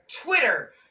Twitter